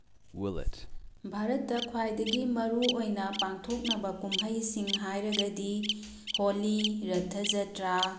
ꯚꯥꯔꯠꯇ ꯈ꯭ꯋꯥꯏꯗꯒꯤ ꯃꯔꯨꯑꯣꯏꯅ ꯄꯥꯡꯊꯣꯛꯅꯕ ꯀꯨꯝꯍꯩꯁꯤꯡ ꯍꯥꯏꯔꯒꯗꯤ ꯍꯣꯂꯤ ꯔꯠꯊ ꯖꯇ꯭ꯔꯥ